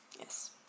Yes